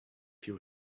few